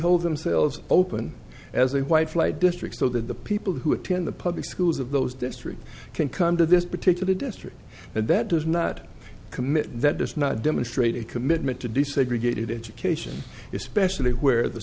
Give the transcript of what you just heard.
hold themselves open as a white flight district so that the people who attend the public schools of those districts can come to this particular district and that does not commit that does not demonstrate a commitment to desegregated education especially where the